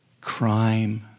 crime